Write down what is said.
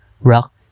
rock